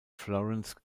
florence